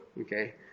Okay